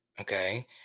okay